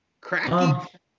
cracking